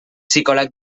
psicòleg